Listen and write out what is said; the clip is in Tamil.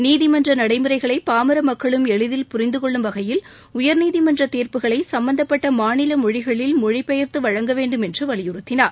நீதிமன்ற நடைமுறைகளை பாமர மக்களும் எளிதில் புரிந்து கொள்ளும் வகையில் உயர்நீதிமன்ற தீர்ப்புகளை சம்பந்தப்பட்ட மாநில மொழிகளில் மொழிப்பெயர்து வழங்க வேண்டும் என்று வலியுறுத்தினார்